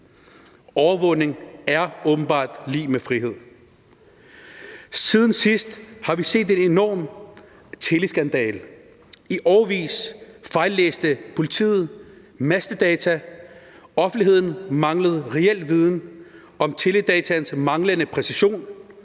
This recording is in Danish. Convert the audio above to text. Overvågning er åbenbart lig med frihed. Siden sidst har vi set en enorm teleskandale. I årevis fejllæste politiet mastedata, offentligheden manglede reel viden om teledataenes manglende præcision,